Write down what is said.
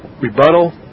Rebuttal